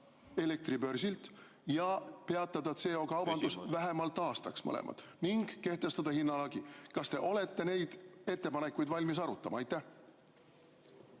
elektribörsilt ja peatada CO2kaubandus vähemalt aastaks ning kehtestada hinnalagi. Kas te olete valmis neid ettepanekuid arutama? Aitäh!